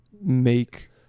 make